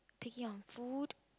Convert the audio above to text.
picky on food